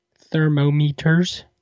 Thermometers